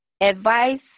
advice